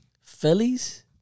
Phillies